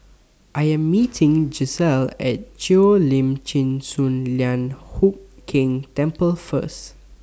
I Am meeting Gisselle At Cheo Lim Chin Sun Lian Hup Keng Temple First